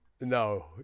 No